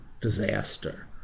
disaster